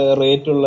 rate